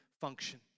function